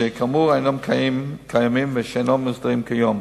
שכאמור אינם קיימים ואינם מוסדרים כיום.